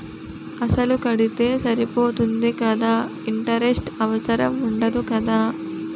అసలు కడితే సరిపోతుంది కదా ఇంటరెస్ట్ అవసరం ఉండదు కదా?